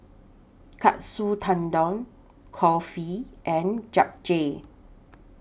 Katsu Tendon Kulfi and Japchae